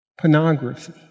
Pornography